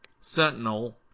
sentinel